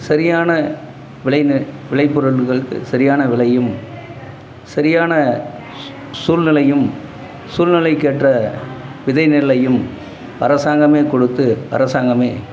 சரியான விளை நெ விளைப் பொருள்களுக்கு சரியான விலையும் சரியான சூழ்நிலையும் சூழ்நிலைக்கேற்ற விதைநெல்லையும் அரசாங்கமே கொடுத்து அரசாங்கமே